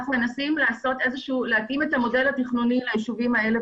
אנחנו מנסים להתאים את המודל התכנוני ליישובים האלה.